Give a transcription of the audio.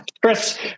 Chris